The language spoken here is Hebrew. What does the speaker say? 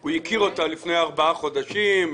הוא הכיר אותה לפני ארבעה חודשים,